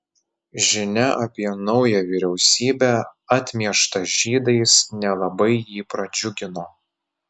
žinia apie naują vyriausybę atmieštą žydais nelabai jį pradžiugino